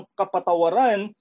kapatawaran